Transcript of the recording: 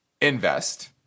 invest